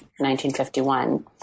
1951